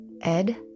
Ed